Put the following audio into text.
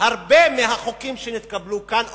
הרבה מהחוקים שנתקבלו כאן,